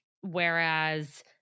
whereas